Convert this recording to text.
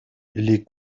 les